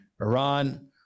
Iran